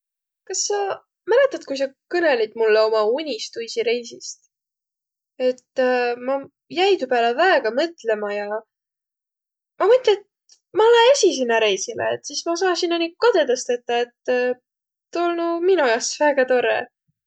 Kas sa mäletät, ku sa kõnõlit mullõ uma unistuisi reisist? Et ma jäi tuu pääle väega mõtlõma ja ma mõtli, et ma lää esiq sinnäq reisile, et sis ma saa sinno nigu kadõdas tetäq, et tuu olnuq mino jaos väega torrõ.